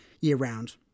Year-round